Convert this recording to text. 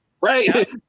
right